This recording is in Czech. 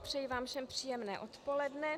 Přeji vám všem příjemné odpoledne.